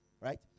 Right